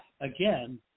again